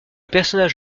personnage